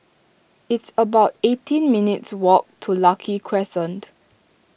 it's about eighteen minutes' walk to Lucky Crescent